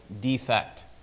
defect